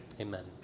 Amen